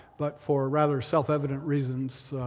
but for rather self-evident reasons,